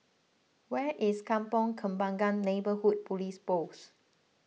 where is Kampong Kembangan Neighbourhood Police Post